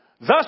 Thus